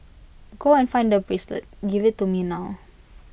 go and find the bracelet give IT to me now